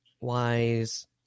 Wise